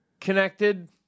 connected